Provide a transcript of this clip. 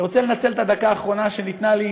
אני רוצה לנצל את הדקה האחרונה שניתנה לי,